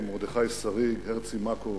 שריג, הרצי מקוב,